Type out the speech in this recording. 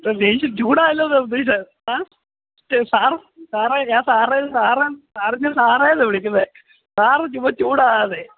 ദേഷ്യം ചൂടാകല്ലേ സാർ ദേഷ്യം ഏ ഞാന് സാറെന്നാണ് വിളിക്കുന്നത് സാര് ചുമ്മാ ചൂടാകാതെ